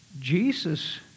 Jesus